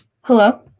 Hello